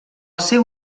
seu